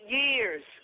years